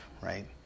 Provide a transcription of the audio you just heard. Right